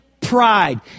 pride